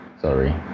Sorry